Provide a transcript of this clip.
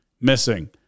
missing